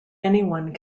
anyone